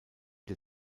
der